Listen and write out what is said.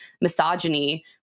misogyny